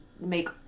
Make